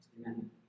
Amen